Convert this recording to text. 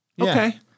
Okay